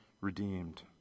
redeemed